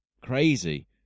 crazy